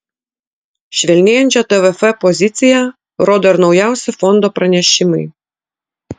švelnėjančią tvf poziciją rodo ir naujausi fondo pranešimai